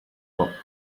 pot